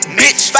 bitch